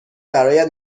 برایت